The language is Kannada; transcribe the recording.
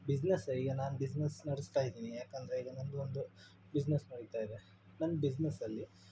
ಬಿಸ್ನೆಸ್ ಈಗ ನಾನು ಬಿಸ್ನೆಸ್ ನಡೆಸ್ತಾ ಇದ್ದೀನಿ ಯಾಕೆಂದ್ರೆ ಈಗ ನನ್ನದು ಒಂದು ಬಿಸ್ನೆಸ್ ನಡೀತಾ ಇದೆ ನನ್ನ ಬಿಸ್ನೆಸ್ಸಲ್ಲಿ